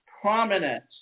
prominent